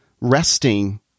resting